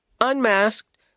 unmasked